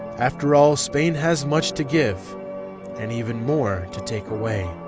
after all, spain has much to give and even more to take away.